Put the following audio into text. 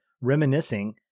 reminiscing